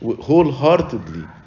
wholeheartedly